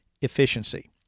efficiency